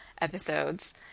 episodes